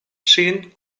ŝin